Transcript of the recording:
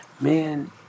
Man